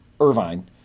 Irvine